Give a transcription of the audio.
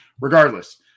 regardless